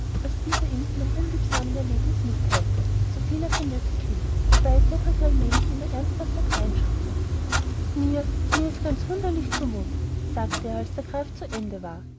als dieser ihm von dem unliebsamen ereignis mitteilte soviel er für nötig hielt wobei cedrik allmählich immer ernsthafter dreinschaute mir mir ist ganz wunderlich zu mut sagte er als der graf zu ende war